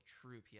true